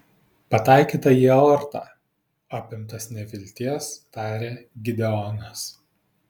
pataikyta į aortą apimtas nevilties tarė gideonas